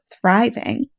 thriving